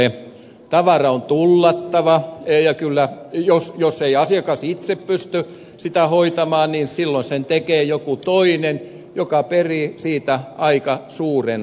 tavara on tullattava ja jos ei asiakas itse pysty sitä hoitamaan niin silloin sen tekee joku toinen joka perii siitä aika suuren summan